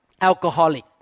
alcoholic